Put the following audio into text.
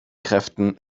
kräften